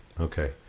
Okay